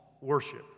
worship